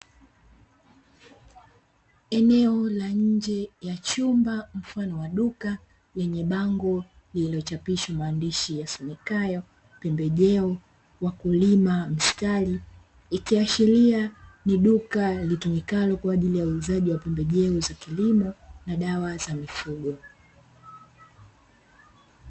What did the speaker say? Eneo la nje la chumba mfano wa duka yenye bango lilichopashwa maandishi yasomekayo pembejeo wakulima mstari ikiashiria ni duka litumikalo kwaajili ya kuuzia pembejeo za kilimo na dawa za mifugo.